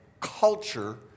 culture